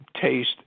taste